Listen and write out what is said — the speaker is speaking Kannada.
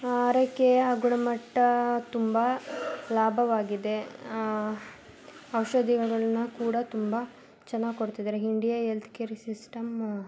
ಆರೈಕೆಯ ಗುಣಮಟ್ಟ ತುಂಬ ಲಾಭವಾಗಿದೆ ಔಷಧಿಗಳನ್ನ ಕೂಡ ತುಂಬ ಚೆನ್ನಾಗಿ ಕೊಡ್ತಿದ್ದಾರೆ ಹಿಂಡಿಯಾ ಎಲ್ತ್ ಕೇರಿ ಸಿಸ್ಟಮ್ಮ